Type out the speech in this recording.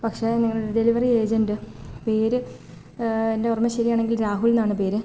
പക്ഷെ നിങ്ങളുടെ delivery agent പേര് എൻറ്റോർമ്മ ശരിയാണെങ്കിൽ രാഹുലെന്നാണ് പേര്